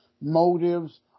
motives